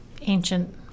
ancient